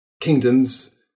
kingdoms